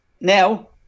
Now